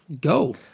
go